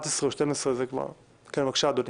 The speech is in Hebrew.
משעה 11 או 12. בבקשה, אדוני.